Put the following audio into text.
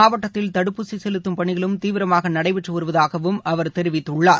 மாவட்டத்தில் தடுப்பூசி செலுத்தும் பணிகளும் தீவிரமாக நடைபெற்று வருவதாக அவா தெரிவித்துள்ளார்